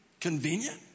convenient